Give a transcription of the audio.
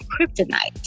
kryptonite